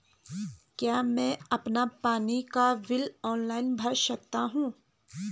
क्या मैं अपना पानी का बिल ऑनलाइन भर सकता हूँ?